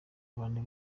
abantu